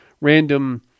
random